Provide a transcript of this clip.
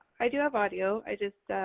i do have audio, i just